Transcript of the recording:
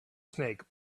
snake